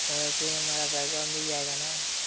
हमारा बैग मिल जाएगा ना